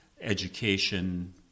education